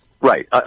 right